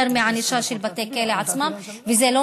יותר מהענישה של בתי הכלא עצמם.